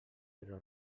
però